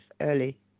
early